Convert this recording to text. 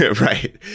Right